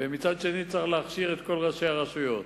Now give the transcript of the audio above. ומצד שני צריך להכשיר את כל אנשי הרשויות,